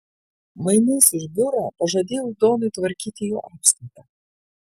mainais už biurą pažadėjau donui tvarkyti jo apskaitą